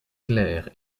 claire